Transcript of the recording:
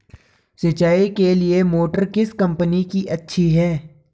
सिंचाई के लिए मोटर किस कंपनी की अच्छी है?